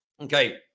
Okay